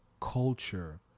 culture